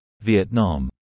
Vietnam